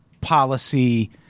policy